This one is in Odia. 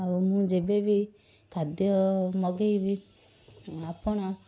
ଆଉ ମୁଁ ଯେବେ ବି ଖାଦ୍ୟ ମଗାଇବି ଆପଣ